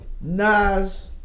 Nas